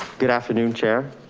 good afternoon chair.